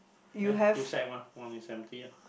there two sack mah one is empty ah